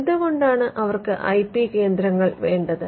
എന്തുകൊണ്ടാണ് അവർക്ക് I P കേന്ദ്രങ്ങൾ വേണ്ടത്